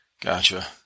Gotcha